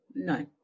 no